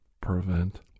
prevent